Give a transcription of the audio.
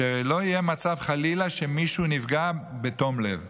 שחלילה לא יהיה מצב שבו מישהו נפגע בתום לב,